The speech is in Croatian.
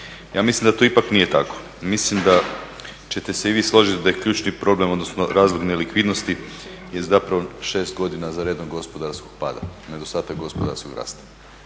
Ja mislim da to ipak nije tako. Mislim da ćete se i vi složiti da je ključni problem, odnosno razlog nelikvidnosti je zapravo 6 godina za redom gospodarskog pada, nedostatak gospodarskog rasta.